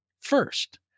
first